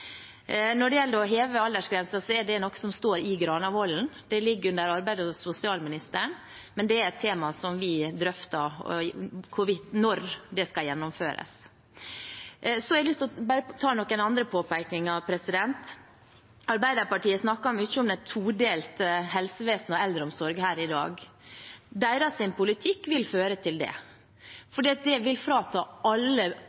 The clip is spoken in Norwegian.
Når det gjelder å heve aldersgrensen, er det noe som står i Granavolden-plattformen. Det ligger under arbeids- og sosialministeren. Det er et tema vi drøfter – når det skal gjennomføres. Jeg har lyst til å ta noen andre påpekninger. Arbeiderpartiet snakker her i dag mye om det todelte helsevesenet og eldreomsorgen. Deres politikk vil føre til det, for det vil frata alle